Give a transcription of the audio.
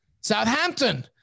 Southampton